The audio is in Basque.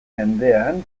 mendean